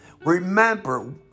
Remember